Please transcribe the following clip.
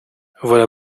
voilà